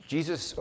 Jesus